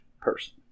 person